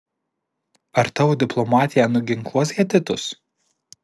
ar tavo diplomatija nuginkluos hetitus